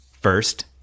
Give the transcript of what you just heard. first